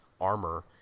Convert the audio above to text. armor